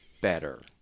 better